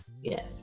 Yes